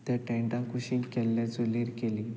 त्या टॅन्टा कुशीक केल्ले चुलीर केली